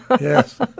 Yes